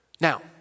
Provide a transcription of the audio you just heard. Now